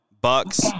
bucks